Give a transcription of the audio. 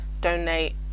donate